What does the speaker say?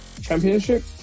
Championship